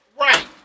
Right